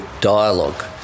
dialogue